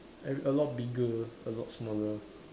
a a lot bigger a lot smaller